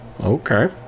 Okay